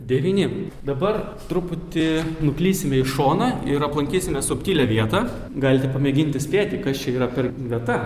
devyni dabar truputį nuklysime į šoną ir aplankysime subtilią vietą galite pamėginti spėti kas čia yra per vieta